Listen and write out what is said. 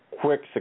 quick